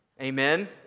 amen